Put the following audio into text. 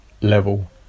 level